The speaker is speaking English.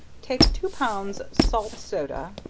take two pounds salt soda,